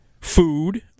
Food